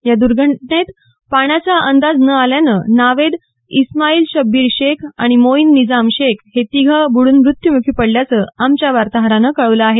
या दूर्घटनेत पाण्याचा अंदाज न आल्यानं नावेद ईस्माईल शब्बीर शेख आणि मोईन निजाम शेख हे तिघं ब्ड्न मृत्यूमुखी पडल्याचं आमच्या वार्ताहरानं कळवलं आहे